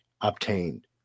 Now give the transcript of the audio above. obtained